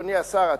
אדוני השר,